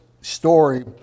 story